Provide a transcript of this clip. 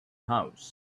house